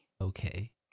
Okay